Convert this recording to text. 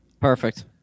Perfect